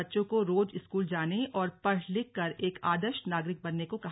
बच्चों को रोज स्कूल जाने और पढ़ लिखकर एक आदर्श नागरिक बनने को कहा